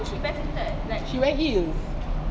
she wear heels